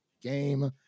game